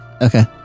Okay